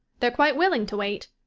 they're quite willing to wait.